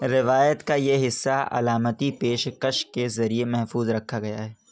روایت کا یہ حصہ علامتی پیشکش کے ذریعے محفوظ رکھا گیا ہے